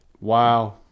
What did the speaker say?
wow